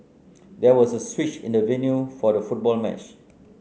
there was a switch in the venue for the football match